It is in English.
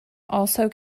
also